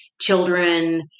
children